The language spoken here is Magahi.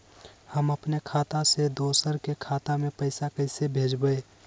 हम अपने खाता से दोसर के खाता में पैसा कइसे भेजबै?